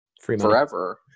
forever